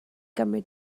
gymryd